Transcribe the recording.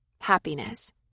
happiness